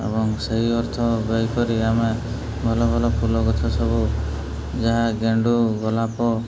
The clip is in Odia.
ଏବଂ ସେହି ଅର୍ଥ ଦେୟକରି ଆମେ ଭଲ ଭଲ ଫୁଲ ଗଛ ସବୁ ଯାହା ଗେଣ୍ଡୁ ଗୋଲାପ